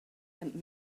and